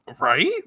Right